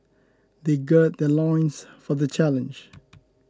they gird their loins for the challenge